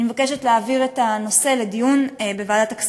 אני מבקשת להעביר את הנושא לדיון בוועדת הכספים.